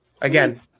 again